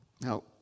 Now